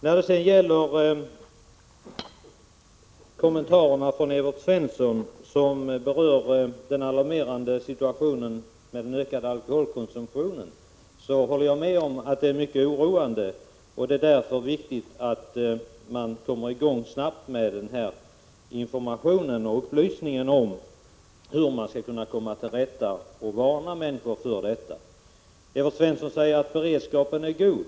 När det sedan gäller kommentarerna från Evert Svensson till ökningen av alkoholkonsumtionen håller jag med om att den är alarmerande. Det är därför viktigt att man snabbt kommer i gång med varnande information för att komma till rätta med situationen. Evert Svensson säger att beredskapen är god.